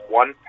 one